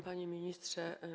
Panie Ministrze!